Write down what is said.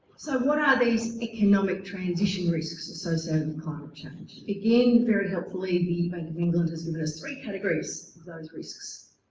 so what are these economic transition risks associated with climate change? again, very helpfully, the bank of england has given us three categories for those risks.